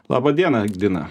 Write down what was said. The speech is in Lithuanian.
labą dieną dina